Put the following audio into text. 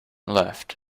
left